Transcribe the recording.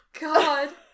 God